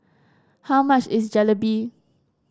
how much is Jalebi